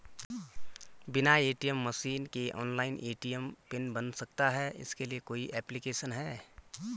बिना ATM machine के online ATM pin बन सकता है इसके लिए कोई ऐप्लिकेशन है?